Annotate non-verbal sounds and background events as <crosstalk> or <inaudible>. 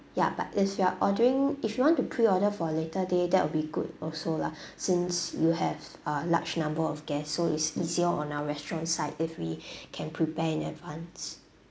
ya but if you are ordering if you want to pre-order for later day that would be good also lah <breath> since you have a large number of guests so it's easier on our restaurant side if we <breath> can prepare in advance